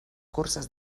curses